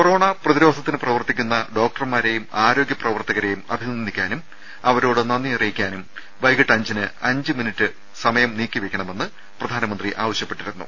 corona പ്രതി രോ ധത്തിന് പ്രവർത്തിക്കുന്ന ഡോക്ടർമാരെയും ആരോഗ്യ പ്രവർത്തകരെയും അഭി നന്ദിക്കാനും അവരോട് നന്ദി അറിയിക്കാനും വൈകിട്ട് അഞ്ചിന് അഞ്ച് മിനുട്ട് നേരം നീക്കിവെയ്ക്കണമെന്ന് പ്രധാനമന്ത്രി ആവശ്യപ്പെട്ടിരുന്നു